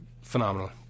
phenomenal